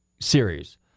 series